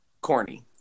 Corny